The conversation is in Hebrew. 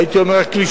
הייתי אומר הקלישאות,